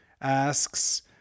asks